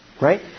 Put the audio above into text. Right